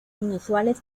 inusuales